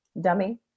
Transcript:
dummy